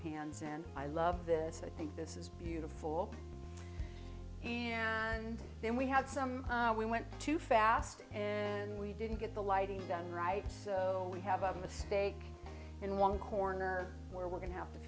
hands and i love this i think this is beautiful and then we had some we went too fast and we didn't get the lighting done right so we have a mistake in one corner where we're going to have to